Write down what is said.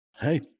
Hey